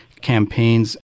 campaigns